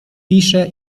pisze